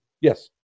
Yes